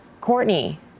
Courtney